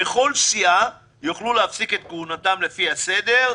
בכל סיעה יוכלו להפסיק את כהונתם לפי הסדר,